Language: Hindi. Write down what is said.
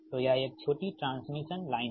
तो यह एक छोटी ट्रांसमिशन लाइन है